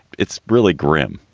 it's really grim.